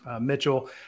Mitchell